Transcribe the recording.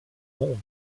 monde